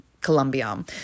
Colombia